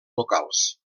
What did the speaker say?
locals